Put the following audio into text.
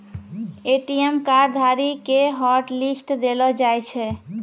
ATM card धारी के hotlist देलो जाय छै